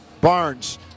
barnes